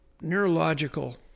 neurological